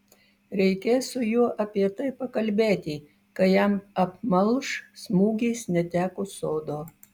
reikės su juo apie tai pakalbėti kai jam apmalš smūgis netekus sodo